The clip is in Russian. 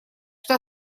что